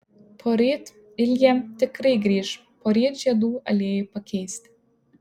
poryt ilja tikrai grįš poryt žiedų aliejui pakeisti